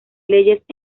leyes